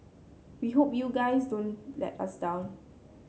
we hope you guys don't let us down